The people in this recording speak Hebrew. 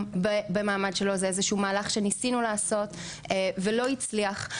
במעמד שלו זה איזשהו מהלך שניסינו לעשות ולא הצליח.